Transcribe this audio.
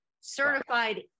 Certified